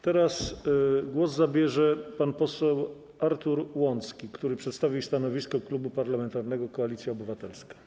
Teraz głos zabierze pan poseł Artur Łącki, który przedstawi stanowisko Klubu Parlamentarnego Koalicja Obywatelska.